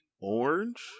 orange